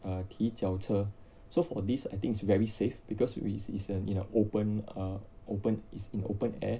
uh 骑脚车 so for this I think it's very safe because we it is an in an open uh open is in open air